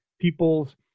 people's